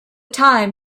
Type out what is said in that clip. time